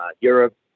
Europe